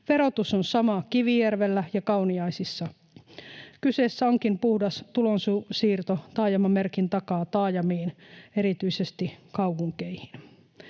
Verotus on sama Kivijärvellä ja Kauniaisissa. Kyseessä onkin puhdas tulonsiirto taajamamerkin takaa taajamiin, erityisesti kaupunkeihin.